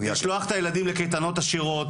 הילדים לקייטנות עשירות